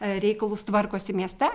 reikalus tvarkosi mieste